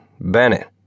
Bennett